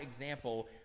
example